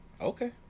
Okay